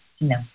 No